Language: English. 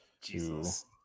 Jesus